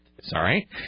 Sorry